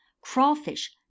Crawfish